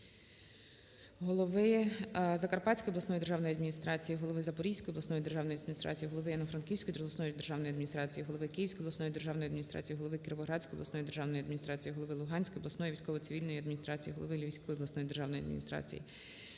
голови Закарпатської обласної державної адміністрації, голови Запорізької обласної державної адміністрації, голови Івано-Франківської обласної державної адміністрації, голови Київської обласної державної адміністрації, голови Кіровоградської обласної державної адміністрації, голови Луганської обласної військово-цивільної адміністрації, голови Львівської обласної державної адміністрації,